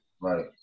Right